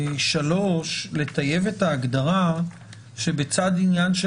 ב-12(3) לטייב את ההגדרה שבצד עניין של